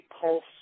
pulse